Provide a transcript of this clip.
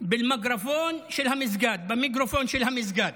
במיקרופון של המסגד.